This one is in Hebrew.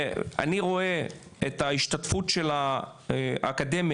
ואני רואה את ההשתתפות של האקדמיה,